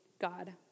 God